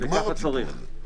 נגמר הסיפור הזה.